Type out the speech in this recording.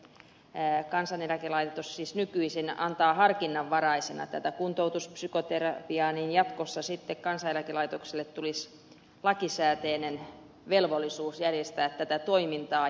kun kansaneläkelaitos siis nykyisin antaa harkinnanvaraisena kuntoutuspsykoterapiaa niin jatkossa sitten kansaneläkelaitokselle tulisi lakisääteinen velvollisuus järjestää tätä toimintaa